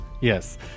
Yes